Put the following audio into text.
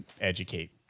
educate